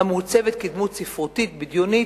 המעוצבת כדמות ספרותית בדיונית,